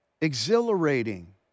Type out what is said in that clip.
Exhilarating